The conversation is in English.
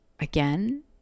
Again